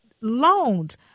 loans